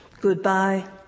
Goodbye